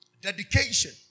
Dedication